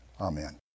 Amen